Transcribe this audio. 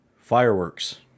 fireworks